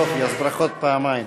היא כבר בפנים.